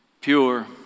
pure